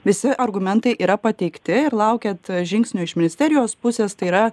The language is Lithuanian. visi argumentai yra pateikti ir laukiat žingsnio iš ministerijos pusės tai yra